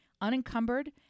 unencumbered